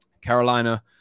carolina